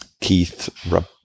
Keith